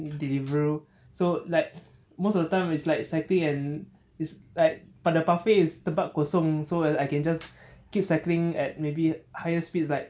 deliveroo so like most of the time it's like cycling and it's like but the pathway is tempat kosong so I will I can just keep cycling at maybe higher speeds like